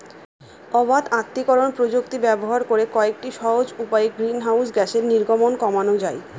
অবাত আত্তীকরন প্রযুক্তি ব্যবহার করে কয়েকটি সহজ উপায়ে গ্রিনহাউস গ্যাসের নির্গমন কমানো যায়